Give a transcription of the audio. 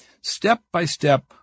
step-by-step